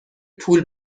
پول